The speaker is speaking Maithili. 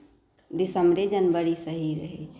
दिसम्बरे जनवरी सही रहै छै